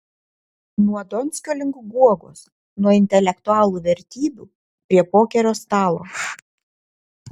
nuo donskio link guogos nuo intelektualų vertybių prie pokerio stalo